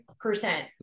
percent